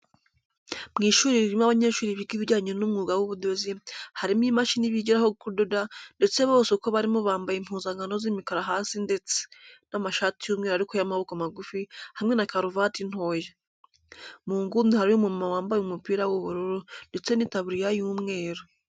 Mu ishuri ririmo abanyeshuri biga ibijyanye n'umwuga w'ubudozi, harimo imashini bigiraho kudoda ndetse bose uko barimo bambaye impuzankano z'imikara hasi ndetse n'amashati y'umweru ariko y'amaboko magufi hamwe na karuvati ntoya. Mu nguni hariyo umumama wambaye umupira w'ubururu ndetse n'itaburiya y'umweru.